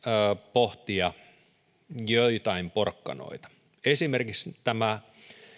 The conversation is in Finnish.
pohtia joitain porkkanoita esimerkiksi tämä